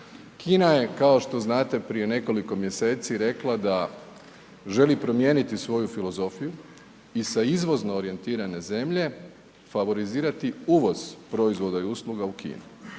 Kina je kao što znate prije nekoliko mjeseci rekla da želi promijeniti svoju filozofiju i sa izvozno orijentirane zemlje favorizirati uvoz proizvoda i usluga u Kinu.